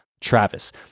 Travis